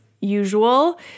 usual